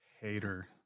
Hater